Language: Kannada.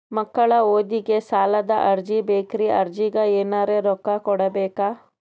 ಮಕ್ಕಳ ಓದಿಗಿ ಸಾಲದ ಅರ್ಜಿ ಬೇಕ್ರಿ ಅರ್ಜಿಗ ಎನರೆ ರೊಕ್ಕ ಕೊಡಬೇಕಾ?